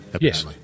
Yes